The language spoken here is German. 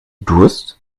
durst